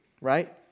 right